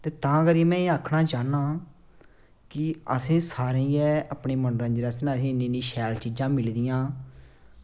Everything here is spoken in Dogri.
ते तां करियै में एह् आक्खना चाह्न्नां कि असें सारें गी गै अपने मनोरंजन आस्तै इन्नी इन्नी शैल चीज़ां मिली दियां